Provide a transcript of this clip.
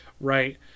right